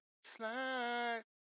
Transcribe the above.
slide